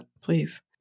Please